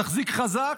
תחזיק חזק,